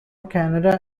canada